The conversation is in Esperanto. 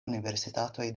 universitatoj